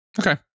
Okay